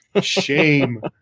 Shame